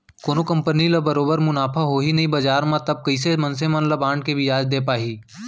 कोनो कंपनी ल बरोबर मुनाफा होही नइ बजार म तब कइसे मनसे मन ल बांड के बियाज दे पाही